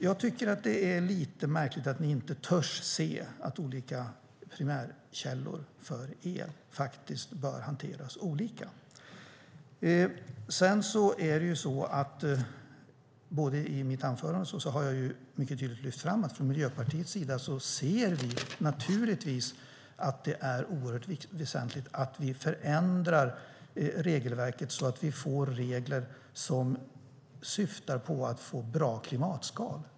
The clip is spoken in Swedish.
Jag tycker att det är lite märkligt att ni inte törs se att olika primärkällor för el faktiskt bör hanteras olika. I mitt anförande har jag mycket tydligt lyft fram att vi från Miljöpartiets sida naturligtvis ser att det är oerhört väsentligt att vi förändrar regelverket så att vi får regler som syftar till att få bra klimatskal.